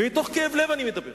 ומתוך כאב לב אני מדבר.